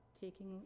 taking